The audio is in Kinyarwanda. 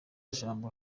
jambo